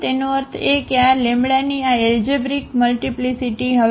તેનો અર્થ એ કે આ λની આ એલજેબ્રિક મલ્ટીપ્લીસીટી હવે બરાબર 1 ની 3 છે